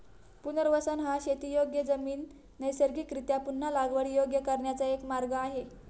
पुनर्वसन हा शेतीयोग्य जमीन नैसर्गिकरीत्या पुन्हा लागवडीयोग्य करण्याचा एक मार्ग आहे